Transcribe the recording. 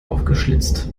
aufgeschlitzt